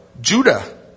Judah